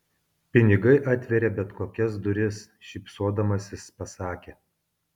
pinigai atveria bet kokias duris šypsodamasis pasakė